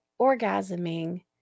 orgasming